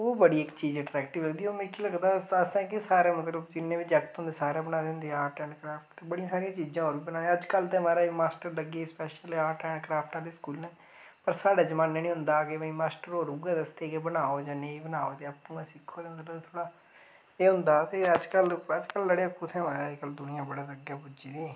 ओह् बड़ी इक चीज़ एट्रैक्टिव लगदी ही ओह् मिगी लगदा असें असेंगी सारें गी जिन्ने बी जागत होंदे हे सारें बनाई दी होंदी ही आर्ट एण्ड़ क्राफ्ट बड़ियां सारियां चीजां होर बी बनाई दियां अज्जकल ते महाराज मास्टर लग्गे दे स्पैशल आर्ट एण्ड़ क्राफ्ट आह्ले स्कूलैं पर साढ़ै जमाने नीं होंदा हा मास्टर होर उऐ दस्सदे हे कि बनाओ जां ना बनाओ ते आंपू गै सिक्खो ते मतलब थोह्ड़ा एह् होंदा ते अज्जकल अज्जकल अड़ेओ कुत्थैं महाराज अज्जकल दुनियां बड़ी अग्गै पुज्जी दी